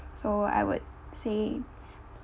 so I would say